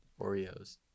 Oreos